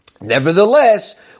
nevertheless